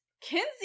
Kinsey